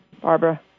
Barbara